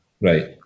Right